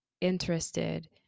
interested